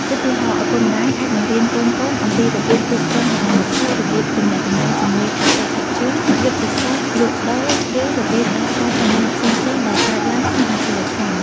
ឧទាហរណ៍ ឪពុកម្តាយអាចបង្រៀនកូនៗអំពីរបៀបគ្រប់គ្រងហិរញ្ញវត្ថុ របៀបទំនាក់ទំនងជាមួយអតិថិជន យុទ្ធសាស្ត្រលក់ដូរ ឬរបៀបដោះស្រាយបញ្ហាផ្សេងៗដែលកើតឡើងក្នុងអាជីវកម្ម។